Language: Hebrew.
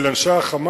אלה אנשי ה"חמאס",